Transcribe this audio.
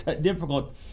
difficult